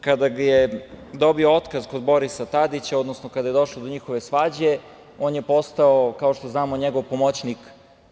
Kada je dobio otkaz kod Borisa Tadića, odnosno kada je došlo do njihove svađe on je postao, kao što znamo, njegov pomoćnik.